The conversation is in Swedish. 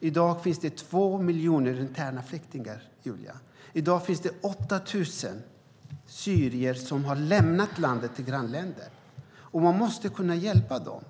I dag finns det 2 miljoner interna flyktingar, Julia. I dag finns det 8 000 syrier som har lämnat landet och kommit till grannländer. Man måste kunna hjälpa dem.